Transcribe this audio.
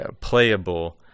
playable